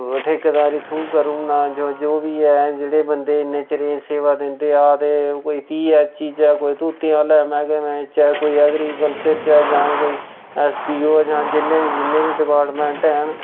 ठेकेदारी थरू करी ओड़ना जां जो बी है जेह्ड़े बंदे इन्नै चिरें दे सेवा दिंदे आ दे ओह् कोई पी ऐच्च ई च ऐ कोई तूतें बाले मैह्कमें च ऐ कोई ऐग्रीकल्चर च ऐ जां कोई ऐस्स पी ओ ऐ जां जिन्ने जिन्ने बी डिपार्टमैंट हैन